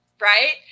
right